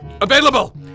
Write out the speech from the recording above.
available